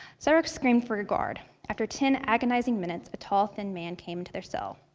sayra screamed for a guard. after ten agonizing minutes, a tall, thin man came to their cell.